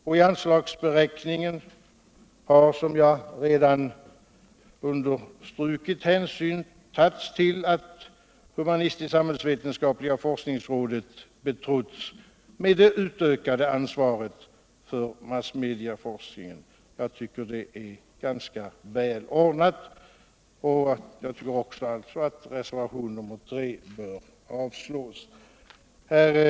I anslagsberäkningen har, som jag redan understrukit, hänsyn tagits till att humanistisk-samhällsvetenskapliga forskningsrådet betrotts med det ökade ansvaret för massmedieforskningen. Jag tycker att det är ganska väl ordnat. Jag tycker också att reservationen 3 bör